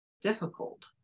difficult